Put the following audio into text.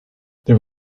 there